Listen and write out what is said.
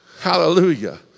Hallelujah